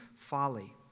folly